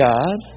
God